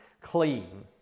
clean